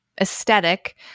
aesthetic